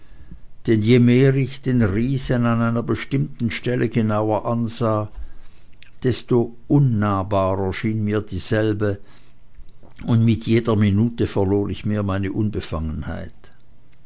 denn je mehr ich den riesen an einer bestimmten stelle genauer ansah desto unnahbarer schien mir dieselbe und mit jeder minute verlor ich mehr meine unbefangenheit